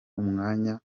umwanya